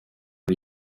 nka